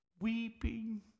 weeping